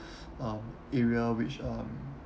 um area which um